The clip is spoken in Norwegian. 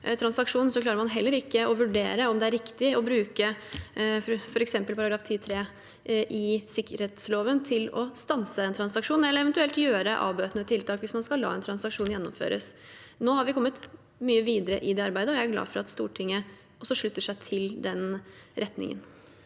klarer man heller ikke å vurdere om det er riktig å bruke f.eks. § 10-3 i sikkerhetsloven for å stanse en transaksjon eller eventuelt gjøre avbøtende tiltak hvis man skal la en transaksjon gjennomføres. Nå har vi kommet videre i det arbeidet, og jeg er glad for at Stortinget slutter seg til den retningen.